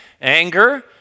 anger